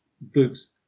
books